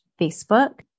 Facebook